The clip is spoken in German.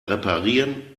reparieren